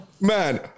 Man